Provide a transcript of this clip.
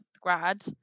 grad